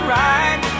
right